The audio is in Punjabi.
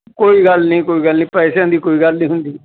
ਕੋਈ ਗੱਲ ਨਹੀਂ ਕੋਈ ਗੱਲ ਨਹੀਂ ਪੈਸਿਆਂ ਦੀ ਕੋਈ ਗੱਲ ਨਹੀਂ ਹੁੰਦੀ